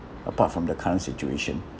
apart from the current situation